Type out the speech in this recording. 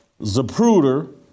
Zapruder